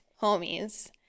homies